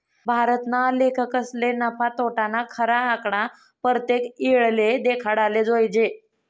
भारतना लेखकसले नफा, तोटाना खरा आकडा परतेक येळले देखाडाले जोयजे